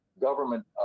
government